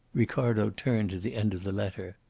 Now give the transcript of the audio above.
ricardo turned to the end of the letter.